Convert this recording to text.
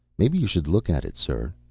maybe you should look at it, sir.